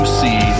see